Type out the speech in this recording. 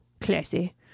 classy